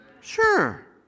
Sure